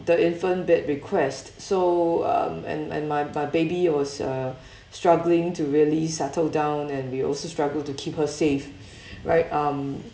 the infant bed request so um and and my my baby was uh struggling to really settle down and we also struggled to keep her safe right um